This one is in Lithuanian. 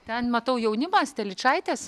ten matau jaunimas telyčaitės